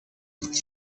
dit